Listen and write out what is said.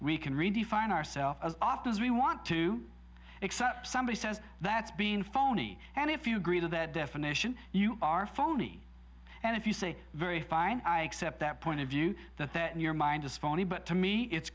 we can redefine ourselves as often as we want to except somebody says that's been phony and if you agree to that definition you are phony and if you say very fine i accept that point of view that that in your mind is funny but to me it's